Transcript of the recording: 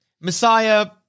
Messiah